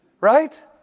Right